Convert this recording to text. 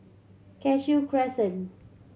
Cashew Crescent